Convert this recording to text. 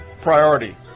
priority